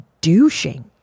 douching